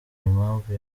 impamvu